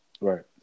right